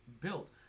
built